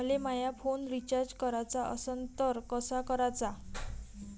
मले माया phone recharge कराचा असन तर कसा कराचा?